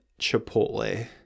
Chipotle